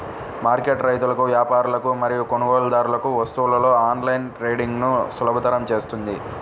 market రైతులకు, వ్యాపారులకు మరియు కొనుగోలుదారులకు వస్తువులలో ఆన్లైన్ ట్రేడింగ్ను సులభతరం చేస్తుంది